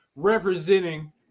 representing